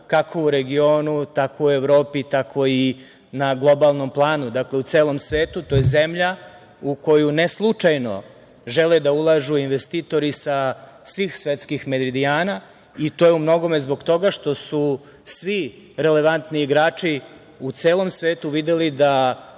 kako u regionu, tako u Evropi, tako i na globalnom planu. Dakle, u celom svetu. To je zemlja, u koju ne slučajno, žele da ulažu investitori sa svih svetskih meridijana i to je u mnogome zbog toga što su svi relevantni igrači u celom svetu videli da